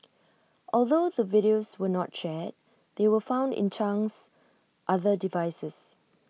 although the videos were not shared they were found in Chang's other devices